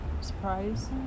surprise